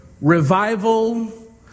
revival